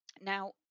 Now